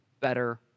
better